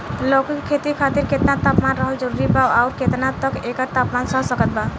लौकी के खेती खातिर केतना तापमान रहल जरूरी बा आउर केतना तक एकर तापमान सह सकत बा?